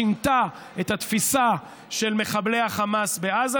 שינתה את התפיסה של מחבלי החמאס בעזה,